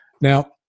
Now